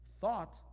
thought